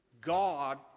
God